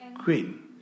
queen